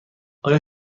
آیا